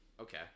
okay